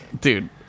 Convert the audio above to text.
Dude